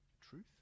truth